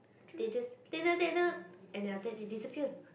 they just and then after that they disappear